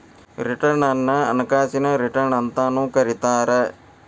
return ಅನ್ನ ಹಣಕಾಸಿನ return ಅಂತಾನೂ ಕರಿತಾರ